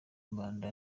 mbanda